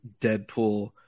Deadpool